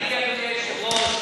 אדוני היושב-ראש,